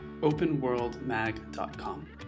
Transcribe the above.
openworldmag.com